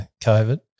COVID